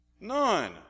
None